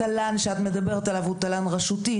התל"ן שאת מדברת עליו הוא תל"ן רשותי,